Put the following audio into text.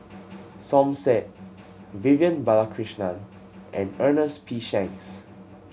Som Said Vivian Balakrishnan and Ernest P Shanks